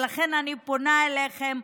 ולכן אני פונה אליכם,